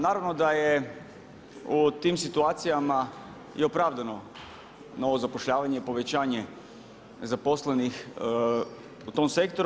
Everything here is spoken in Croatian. Naravno da je u tim situacijama i opravdano novo zapošljavanje i povećanje zaposlenih u tom sektoru.